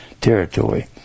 territory